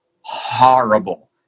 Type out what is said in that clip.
horrible